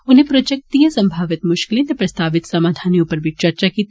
उनें प्रोजेक्टे दिंए सभावित मुष्कलें ते प्रस्तावित समाधनें उप्पर बी चर्चा कीती